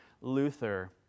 Luther